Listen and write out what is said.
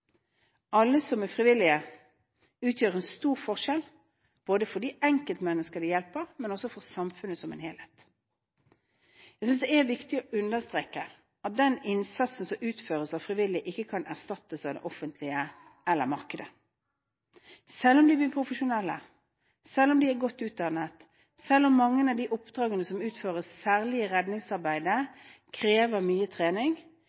Alle som er frivillige utgjør en stor forskjell både for de enkeltmenneskene de hjelper og for samfunnet som helhet. Jeg synes det er viktig å understreke at den innsatsen som utføres av frivillige ikke kan erstattes av det offentlige eller markedet. Selv om de er profesjonelle, selv om de er godt utdannet, selv om mange av de oppdragene som utføres, særlig redningsarbeid, krever mye trening,